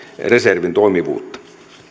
reservin toimivuutta